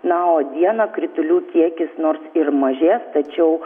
na o dieną kritulių kiekis nors ir mažės tačiau